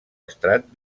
estrat